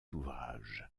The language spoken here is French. ouvrage